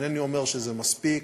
אינני אומר שזה מספיק,